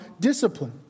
discipline